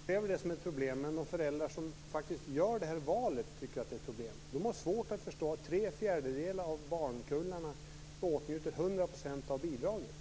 Fru talman! Vi kanske inte upplever det som ett problem. Men de föräldrar som gör det valet tycker att det är ett problem. De har svårt att förstå att tre fjärdedelar av barnkullarna åtnjuter 100 % av bidraget.